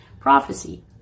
prophecy